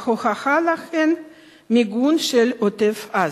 ההוכחה לכך המיגון של עוטף-עזה.